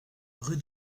rue